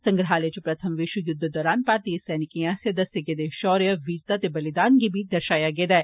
संग्रहालय च प्रथम विष्व युद्ध दौरान भारतीय सैनिकें आस्सेआ दस्से गेदे षौर्य वीरता ते बलिदान गी बी दर्षाया गेदा ऐ